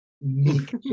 meek